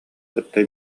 кытта